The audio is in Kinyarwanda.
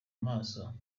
maso